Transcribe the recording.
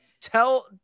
tell